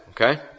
okay